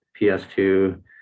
PS2